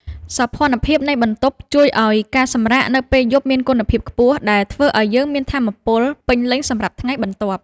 សោភ័ណភាពនៃបន្ទប់ជួយឱ្យការសម្រាកនៅពេលយប់មានគុណភាពខ្ពស់ ដែលធ្វើឱ្យយើងមានថាមពលពេញលេញសម្រាប់ថ្ងៃបន្ទាប់។